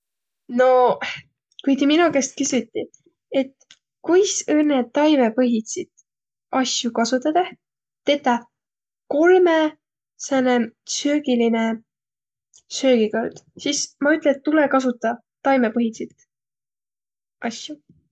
Nooq, ku ti mino käest küsütiq, et kuis õnnõ taimõpõhitsit asjo kasutadõh tetäq kolmõ- sääne söögiline söögikõrd, sis ma ütle, et tulõ kasutaq taimõpõhitsit asjo.